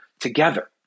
together